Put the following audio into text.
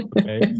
Okay